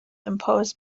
imposed